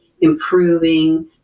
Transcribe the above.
improving